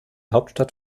hauptstadt